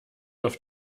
auf